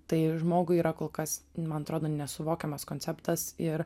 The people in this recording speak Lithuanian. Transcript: tai žmogui yra kol kas man atrodo nesuvokiamas konceptas ir